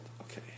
Okay